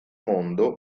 mondo